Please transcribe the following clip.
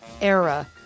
era